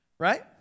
Right